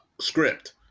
script